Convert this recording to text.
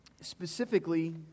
specifically